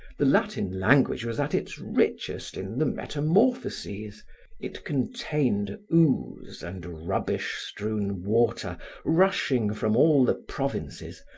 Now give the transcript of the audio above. the latin language was at its richest in the metamorphoses it contained ooze and rubbish-strewn water rushing from all the provinces,